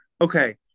okay